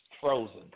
frozen